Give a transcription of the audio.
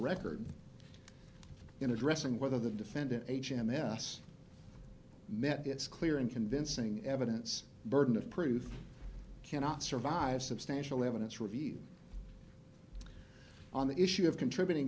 record in addressing whether the defendant h m s met its clear and convincing evidence burden of proof cannot survive substantial evidence review on the issue of contributing